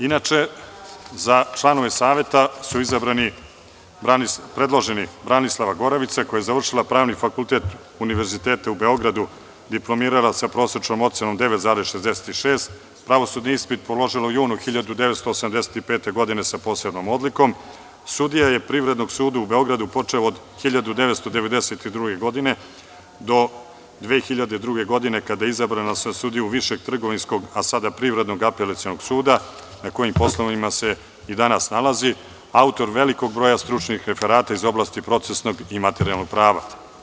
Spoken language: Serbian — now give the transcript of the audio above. Inače, za članove Saveta su izabrani predloženi Branislava Goravica, koja je završila Pravni fakultet Univerziteta u Beogradu, diplomirala sa prosečnom ocenom 9,66, pravosudni ispit položila u junu 1985. godine sa posebnom odlikom, sudija je Privrednog suda u Beogradu, počev od 1992. godine do 2002. godine, kada je izabrana za sudiju Višeg trgovinskog, a sada Privrednog apelacionog suda, na kojim poslovima se i danas nalazi, autor velikog broja stručnih referata iz oblasti procesnog i materijalnog prava.